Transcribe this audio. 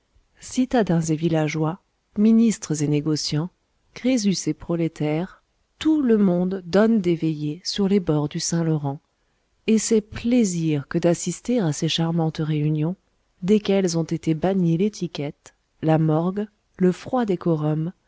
citadins et villageois ministres et négociants crésus et prolétaires tout le monde donne des veillées sur les bords du saint-laurent et c'est plaisir que d'assister à ces charmantes réunions desquelles ont été bannis l'étiquette la morgue le froid décorum